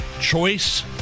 choice